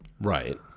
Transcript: right